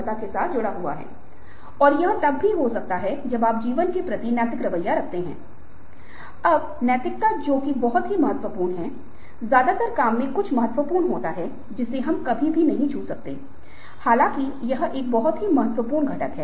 और व्यापार तंत्र पत्रिकाएं और लॉक की गोल सेटिंग के अनुसार अपनी योग्यता पर विचार करते हुए एक मामूली कठिन चुनौतीपूर्ण लेकिन प्राप्त करने योग्य लक्ष्य निर्धारित करें क्योंकि यदि आप एक लक्ष्य निर्धारित करते हैं जो आपकी योग्यता और क्षमता से परे है तो आप इसे प्राप्त नहीं कर सकते